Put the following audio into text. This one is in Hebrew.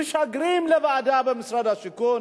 ומשגרים אותם לוועדה במשרד השיכון,